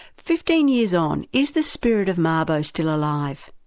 fifteen years on, is the spirit of mabo still alive?